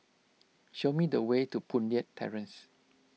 show me the way to Boon Leat Terrace